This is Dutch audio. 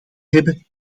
hebben